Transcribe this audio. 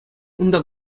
унта